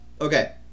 Okay